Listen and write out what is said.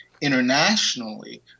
internationally